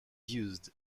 used